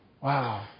Wow